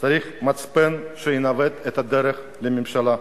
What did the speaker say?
צריך מצפן שינווט את הדרך לממשלה.